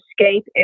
escape